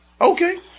Okay